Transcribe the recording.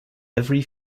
every